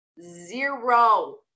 zero